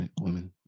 women